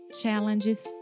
challenges